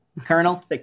Colonel